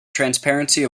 transparency